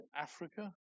Africa